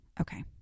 Okay